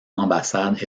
ambassade